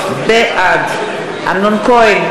בעד אמנון כהן,